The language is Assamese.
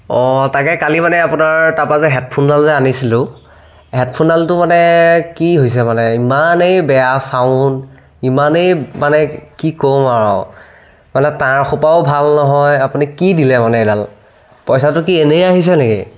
অঁ তাকে কালি মানে আপোনাৰ তাৰ পৰা যে হেডফোনডাল যে আনিছিলোঁ হেডফোনডালতো মানে কি হৈছে মানে ইমানেই বেয়া ছাউণ্ড ইমানেই মানে কি কম আৰু মানে তাঁৰসোপাও ভাল নহয় আপুনি কি দিলে মানে এইডাল পইচাটো এনেই আহিছে নেকি